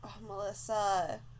Melissa